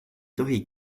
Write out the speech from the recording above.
tohi